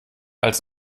als